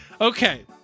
okay